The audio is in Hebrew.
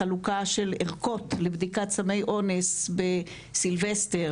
לחלוקה של ערכות לבדיקת סמי אונס בחגיגות הסילבסטר,